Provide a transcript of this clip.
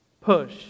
Push